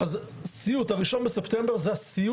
עיר חזקה גדולה שנבנית כמה היא סובלת מהדבר הזה,